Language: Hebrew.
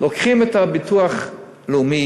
לוקחים את הביטוח הלאומי